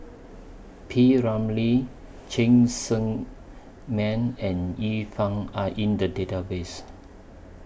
P Ramlee Cheng Tsang Man and Yi Fang Are in The Database